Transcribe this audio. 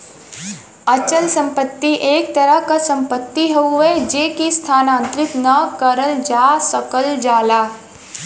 अचल संपत्ति एक तरह क सम्पति हउवे जेके स्थानांतरित न करल जा सकल जाला